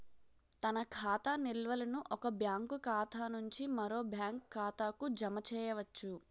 తన ఖాతా నిల్వలను ఒక బ్యాంకు ఖాతా నుంచి మరో బ్యాంక్ ఖాతాకు జమ చేయవచ్చు